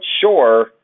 sure